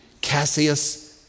Cassius